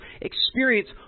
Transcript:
experience